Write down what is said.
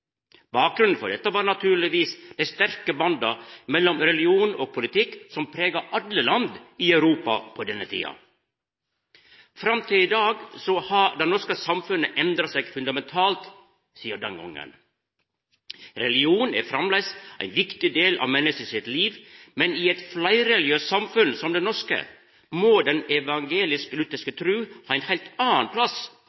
Bakgrunnen for dette var naturlegvis dei sterke banda mellom religion og politikk, som prega alle landa i Europa på denne tida. Det norske samfunnet har endra seg fundamentalt sidan den gongen. Religion er framleis ein viktig del av eit menneskes liv, men i eit fleirreligiøst samfunn som det norske må den